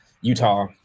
utah